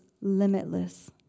limitless